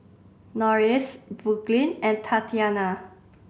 Norris Brooklynn and Tatyana